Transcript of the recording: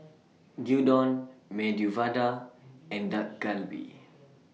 Gyudon Medu Vada and Dak Galbi